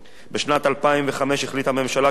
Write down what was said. בשנת 2005 החליטה הממשלה כי במטרה